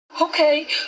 Okay